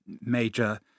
major